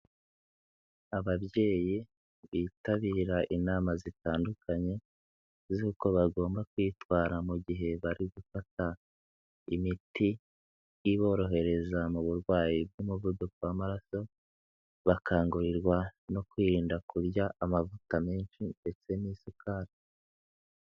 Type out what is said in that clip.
Ababyeyi bitabira inama zitandukanye z'uko bagomba kwitwara mu gihe bari gufata imiti iborohereza mu burwayi bw'umuvuduko w'amaraso bakangurirwa no kwirinda kurya amavuta menshi ndetse n'isukari.